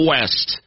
West